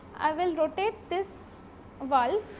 i will rotate this valve.